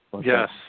Yes